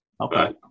Okay